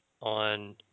on